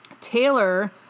Taylor